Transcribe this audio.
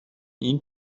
این